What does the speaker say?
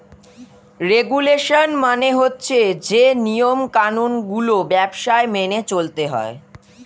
regulation মানে হচ্ছে যে নিয়ম কানুন গুলো ব্যবসায় মেনে চলতে হয়